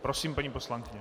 Prosím, paní poslankyně.